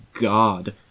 god